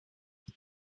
vous